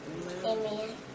Amen